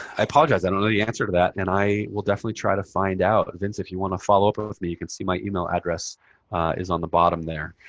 i apologize. i don't know the answer to that. and i will definitely try to find out. vince, if you want to follow up with me, you can see my email address is on the bottom there.